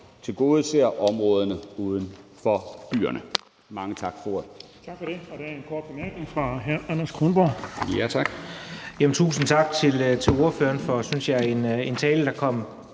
tilgodeser områderne uden for byerne.